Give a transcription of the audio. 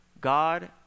God